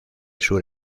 sur